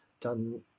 done